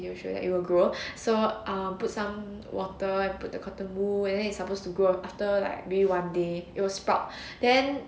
make sure that it will grow so err put some water and put the cotton wool and then it's supposed to grow after like maybe one day it will sprout then